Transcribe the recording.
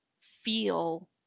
feel